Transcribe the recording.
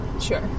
Sure